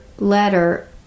letter